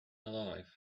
alive